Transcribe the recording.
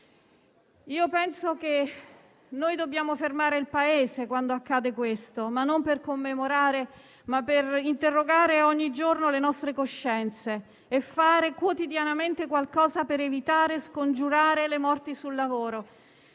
solo vent'anni. Dobbiamo fermare il Paese quando accade questo, ma non per commemorare, bensì per interrogare ogni giorno le nostre coscienze e fare quotidianamente qualcosa per evitare e scongiurare le morti sul lavoro.